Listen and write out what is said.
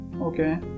Okay